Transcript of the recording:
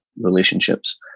relationships